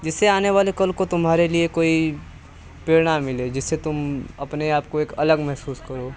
जिससे आने वाले कल को तुम्हारे लिए कोई प्रेरणा मिले जिससे तुम अपने आप को एक अलग महसूस करो